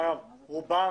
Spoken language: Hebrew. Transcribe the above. רובם